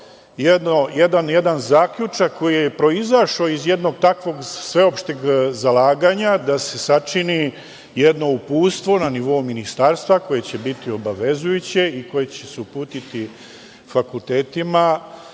jedan zaključak koji je proizašao iz jednog takvog sveopšteg zalaganja da se sačini jedno uputstvo na nivou Ministarstva koje će biti obavezujuće i koje će se uputiti fakultetima